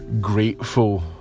grateful